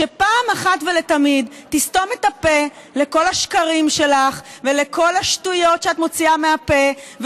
שאחת ולתמיד תסתום את הפה לכל השקרים שלך ולכל השטויות שאת מוציאה מהפה,